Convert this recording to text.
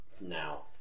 now